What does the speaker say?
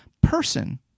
person